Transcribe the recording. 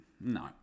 No